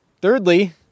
thirdly